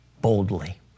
boldly